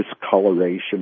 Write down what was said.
discoloration